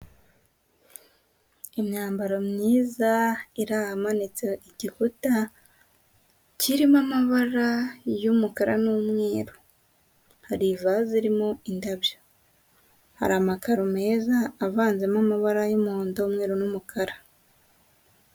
Imyambaro myiza iri ahamanitse igikuta kirimo amabara y'umukara n'umweru. Hari ivaze irimo indabyo. Hari amakaro meza avanzemo amabara y'umuhondo, umweru n'umukara.